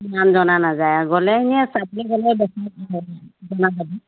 ইমান জনা নাযায় আৰু গ'লে